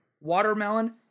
Watermelon